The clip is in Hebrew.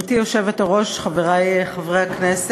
לפרוטוקול אני מבשרת שחברת הכנסת